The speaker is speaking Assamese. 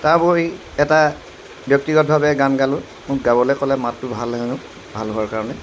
তাৰোপৰি এটা ব্যক্তিগতভাৱে গান গালোঁ মোক গাবলৈ ক'লে মাতটো ভাল হেনো ভাল হোৱাৰ কাৰণে